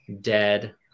dead